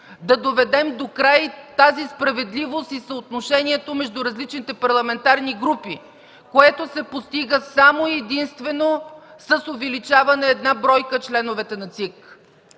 да доведем докрай тази справедливост и съотношението между различните парламентарни групи, което се постига единствено и само с увеличаване с една бройка на членовете на ЦИК.”.